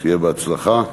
שיהיה בהצלחה.